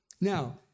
Now